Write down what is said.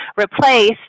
replace